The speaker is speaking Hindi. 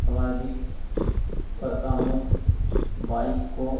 समाजिक करता हूँ बाइक को